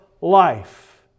life